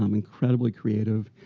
um incredibly creative,